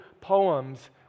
poems